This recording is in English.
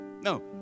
No